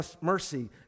mercy